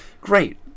Great